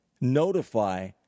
notify